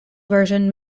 version